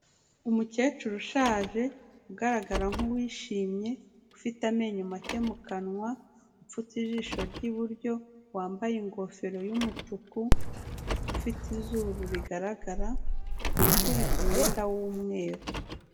Umukecuru ushaje ugaragara nkuwishimye, ufite amenyo make mu kanwa, upfutse ijisho ry'iburyo, wambaye ingofero y'umutuku, ufite izuru rigaragara, wifubitse umwenda w'umweru.